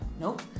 Nope